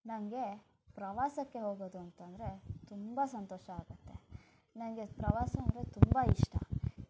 ನನಗೆ ಪ್ರವಾಸಕ್ಕೆ ಹೋಗೋದು ಅಂತಂದರೆ ತುಂಬ ಸಂತೋಷ ಆಗುತ್ತೆ ನನಗೆ ಪ್ರವಾಸ ಅಂದರೆ ತುಂಬ ಇಷ್ಟ